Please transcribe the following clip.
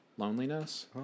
loneliness